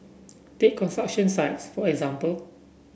take sites for example